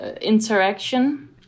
Interaction